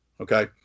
okay